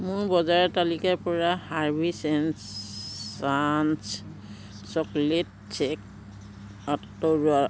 মোৰ বজাৰ তালিকাৰ পৰা Harvey's and Chance chocolate shake আঁতৰোৱা